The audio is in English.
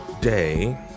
day